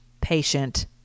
patient